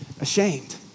ashamed